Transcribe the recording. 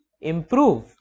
improve